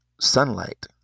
sunlight